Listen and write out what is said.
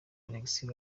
alexis